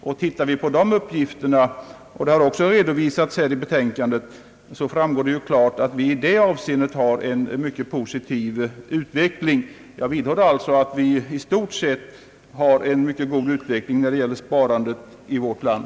Av uppgifterna beträffande detta sparande — som också redovisas i betänkandet — framgår klart att denna form av enskilt sparande visar en mycket positiv utveckling. Jag vidhåller därför att vi i stort sett har mycket god utveckling när det gäller sparandet i vårt land.